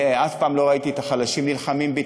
אף פעם לא ראיתי את החלשים נלחמים בי,